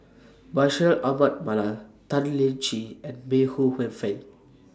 Bashir Ahmad Mallal Tan Lian Chye and May Ooi Yu Fen